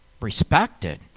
respected